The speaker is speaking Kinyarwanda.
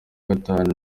gatanu